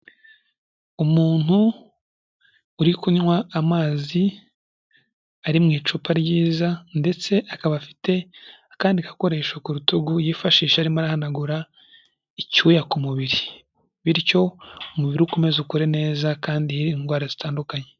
Umuntu uri kunywa amazi ari mu icupa ryiza ndetse akaba afite akandi gakoresho ku rutugu yifashisha arimo ahanagura icyuya ku mubiri, bityo umubiri we ukomeze ukore neza kandi harindwe indwara zitandukanye.